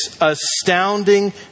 astounding